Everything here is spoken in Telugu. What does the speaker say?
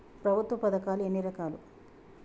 ప్రభుత్వ పథకాలు ఎన్ని రకాలు?